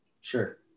Sure